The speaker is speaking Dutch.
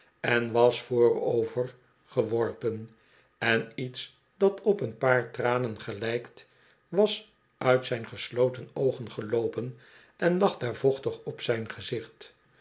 en was vooroverge worpen en iets dat op een paar tranen gelijkt was uit zijn gesloten oogen geloopen en lag daar vochtig op zijn gezicht